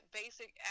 basic